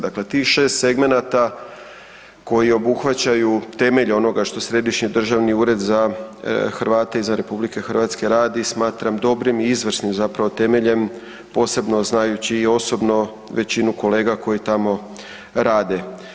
Dakle tih 6 segmenata koji obuhvaćaju temelj onoga što Središnji državni ured za Hrvate izvan RH radi, smatram dobrim i izvrsnim zapravo temeljem, posebno znajući i osobno većinu kolega koji tamo rade.